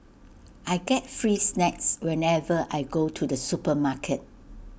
I get free snacks whenever I go to the supermarket